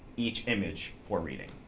each image for reading.